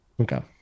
Okay